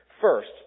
First